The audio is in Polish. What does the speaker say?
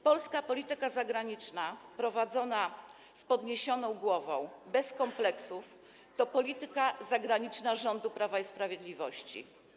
Polska polityka zagraniczna prowadzona z podniesioną głową, bez kompleksów to polityka zagraniczna rządu Prawa i Sprawiedliwości.